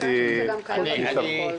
הייתי מצרף.